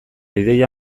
ideia